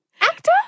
Actor